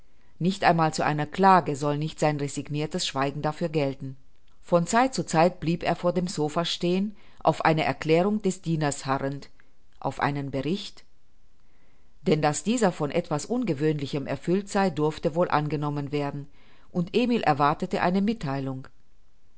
nicht einmal zu einer klage soll nicht sein resignirtes schweigen dafür gelten von zeit zu zeit blieb er vor dem sopha stehen auf eine erklärung des dieners harrend auf einen bericht denn daß dieser von etwas ungewöhnlichem erfüllt sei durfte wohl angenommen werden und emil erwartete eine mittheilung